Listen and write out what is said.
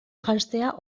janztea